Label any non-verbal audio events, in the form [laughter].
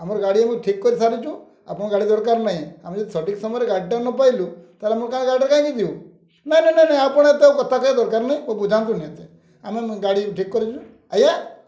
ଆମର ଗାଡ଼ି ମୁଁ ଠିକ୍ କରିସାରିଛୁ ଆପଣ ଗାଡ଼ି ଦରକାର ନାହିଁ ଆମେ ଯଦି ସଠିକ୍ ସମୟରେ ଗାଡ଼ିଟା ନ ପାଇଲୁ ତା'ହେଲେ ଆମର [unintelligible] ଗାଡ଼ିଟା କାହିଁକି ଯିବୁ ନାହିଁ ନାହିଁ ନାହିଁ ନାହିଁ ଆପଣ ଏତେ କଥା କହିବା ଦରକାର ନାହିଁ ମୁଁ ବୁଝାନ୍ତୁନି ଏତେ ଆମେ ଗାଡ଼ି ଠିକ୍ କରିଛୁ ଆଜ୍ଞା